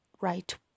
right